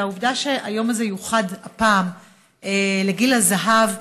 והעובדה שהיום הזה יוחד הפעם לגיל הזהב,